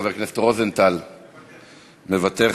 חבר הכנסת רוזנטל, מוותר.